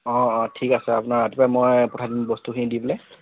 অঁ অঁ ঠিক আছে আপোনাৰ ৰাতিপুৱা মই পঠাই দিম বস্তুখিনি দি পেলাই